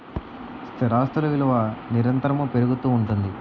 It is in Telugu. స్థిరాస్తులు విలువ నిరంతరము పెరుగుతూ ఉంటుంది